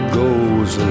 goes